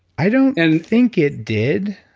i don't and think it did.